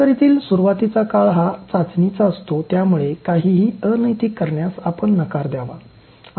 नौकरीतील सुरवातीचा काळ हा चाचणीचा असतो त्यामुळे काहीही अनैतिक करण्यास आपण नकार द्यावा